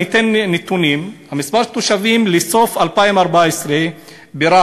אני אתן נתונים: מספר התושבים בסוף 2014 ברהט